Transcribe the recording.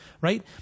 right